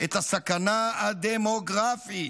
את הסכנה הדמוגרפית.